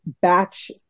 batch